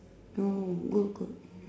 no good good